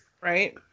right